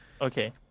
Okay